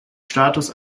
status